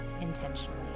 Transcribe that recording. intentionally